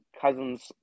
Cousins